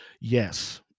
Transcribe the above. Yes